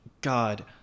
God